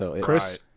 Chris